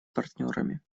партнерами